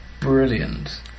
brilliant